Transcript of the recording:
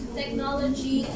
technology